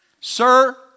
Sir